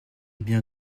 bien